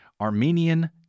Armenian